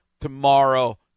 tomorrow